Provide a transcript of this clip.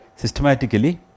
Systematically